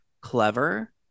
clever